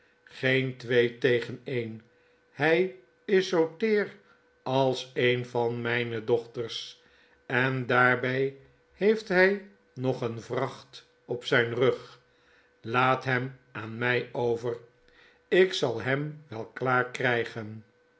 green twee tegen een hjj is zoo teer als een van mijne dochters en daarbij heeft hij nog een vracht op zijn rug laat hem aan mij over ik zal hem wel klaar krijgen